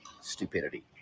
stupidity